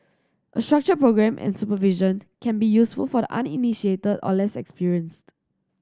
a structured programme and supervision can be useful for the uninitiated or less experienced